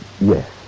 yes